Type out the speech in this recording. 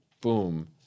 boom